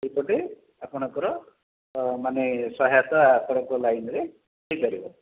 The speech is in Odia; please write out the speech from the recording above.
ଏପଟେ ଆପଣଙ୍କର ତ ମାନେ ସହାୟତା ଆପଣଙ୍କ ଲାଇନ୍ରେ ହୋଇପାରିବ